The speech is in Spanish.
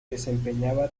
desempeñaba